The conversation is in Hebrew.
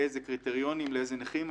באיזה קריטריונים ולאיזה נכים.